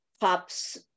pops